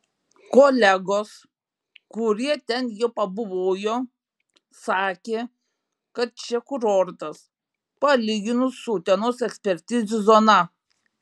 kolegos kurie ten jau pabuvojo sakė kad čia kurortas palyginus su utenos ekspertizių zona